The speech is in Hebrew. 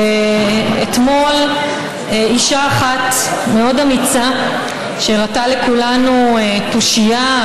אתמול אישה אחת מאוד אמיצה הראתה לכולנו תושייה,